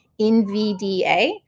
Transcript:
NVDA